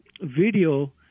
video